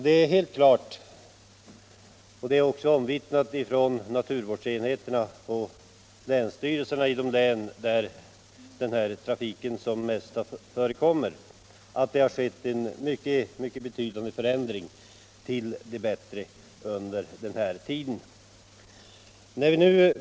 Det är helt klart och också omvittnat från naturvårdsenheterna på länsstyrelserna i de län där den här trafiken mest förekommer att det har skett en mycket betydande förändring till det bättre under den här tiden.